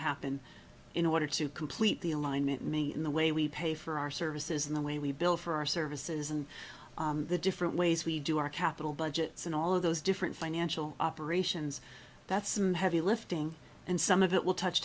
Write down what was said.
happen in order to complete the alignment me in the way we pay for our services in the way we bill for our services and the different ways we do our capital budgets and all of those different financial operations that some heavy lifting and some of it will touch